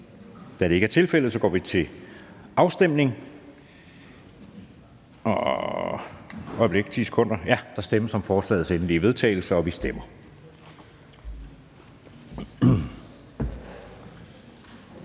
Da det ikke er tilfældet, går vi til afstemning.